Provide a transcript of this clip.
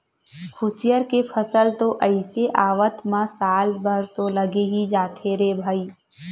खुसियार के फसल तो अइसे आवत म साल भर तो लगे ही जाथे रे भई